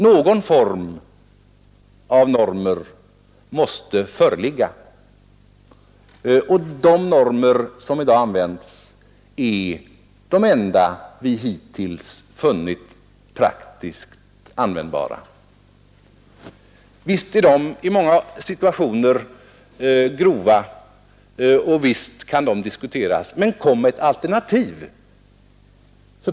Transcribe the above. Någon form av normer måste vi ha, och de normer som i dag gäller är de enda vi hittills funnit praktiskt användbara. Visst är de i många situationer grova och visst kan de diskuteras. Men kom med ett alternativ!